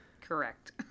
Correct